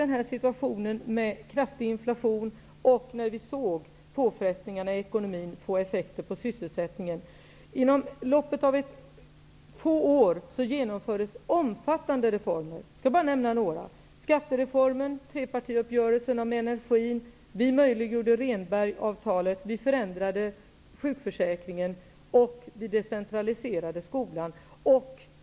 När Socialdemokraterna såg påfrestningarna i ekonomin få effekter på sysselsättningen, och när vi hade den här situationen med kraftig inflation, genomfördes inom loppet av få år omfattande reformer. Jag kan nämna bara några: Rehnbergsavtalet - som vi gjorde möjligt - förändringar i sjukförsäkringen och decentralisering av skolan.